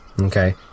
Okay